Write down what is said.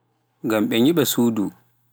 ngam ɓe nyiɓa suudu.